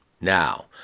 now